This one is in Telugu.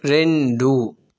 రెండు